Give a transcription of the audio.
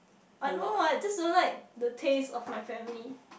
I don't know why just don't like the taste of my family